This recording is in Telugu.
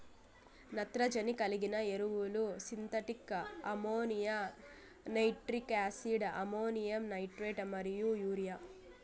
నత్రజని కలిగిన ఎరువులు synthetic ammonia, nitric acid, ammonium nitrate మరియు యూరియా